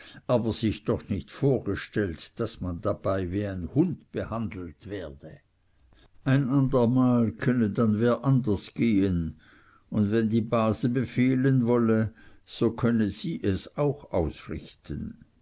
aber sich doch nicht vorgestellt daß man dabei wie ein hund behandelt werde ein andermal könne dann wer anders gehen und wenn die base befehlen wolle so könne sie es auch ausrichten